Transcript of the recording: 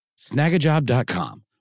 snagajob.com